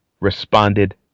responded